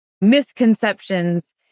misconceptions